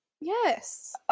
Yes